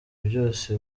byose